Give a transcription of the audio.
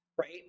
right